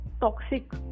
toxic